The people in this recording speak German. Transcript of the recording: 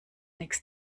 nichts